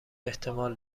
احتمال